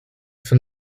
for